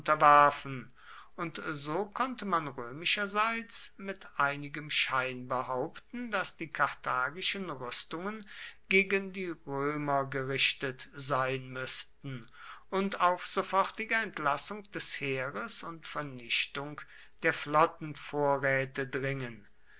unterwerfen und so konnte man römischerseits mit einigem schein behaupten daß die karthagischen rüstungen gegen die römer gerichtet sein müßten und auf sofortige entlassung des heeres und vernichtung der flottenvorräte dringen